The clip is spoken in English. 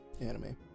anime